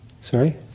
Sorry